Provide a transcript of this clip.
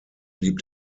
blieb